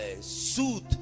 suit